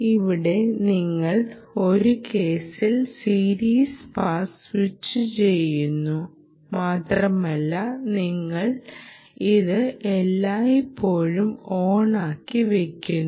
ഇവിടെ നിങ്ങൾ ഒരു കേസിൽ സീരീസ് പാസ് സ്വിച്ചുചെയ്യുന്നു മാത്രമല്ല നിങ്ങൾ ഇത് എല്ലായ്പ്പോഴും ഓണാക്കി വെക്കുന്നു